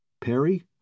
Perry